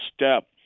step